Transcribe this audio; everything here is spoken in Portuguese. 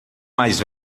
mais